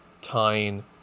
tying